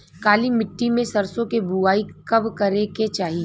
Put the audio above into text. काली मिट्टी में सरसों के बुआई कब करे के चाही?